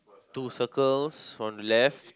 two circles from left